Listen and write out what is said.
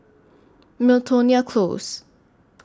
Miltonia Close